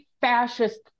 fascist